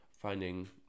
finding